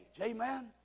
Amen